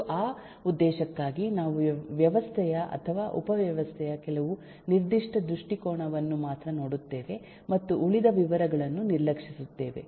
ಮತ್ತು ಆ ಉದ್ದೇಶಕ್ಕಾಗಿ ನಾವು ವ್ಯವಸ್ಥೆಯ ಅಥವಾ ಉಪವ್ಯವಸ್ಥೆಯ ಕೆಲವು ನಿರ್ದಿಷ್ಟ ದೃಷ್ಟಿಕೋನವನ್ನು ಮಾತ್ರ ನೋಡುತ್ತೇವೆ ಮತ್ತು ಉಳಿದ ವಿವರಗಳನ್ನು ನಿರ್ಲಕ್ಷಿಸುತ್ತೇವೆ